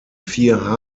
vier